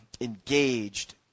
engaged